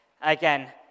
Again